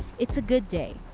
it's a good day.